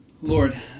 Lord